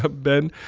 ah been.